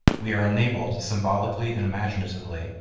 we are enabled, symbolically and imaginatively,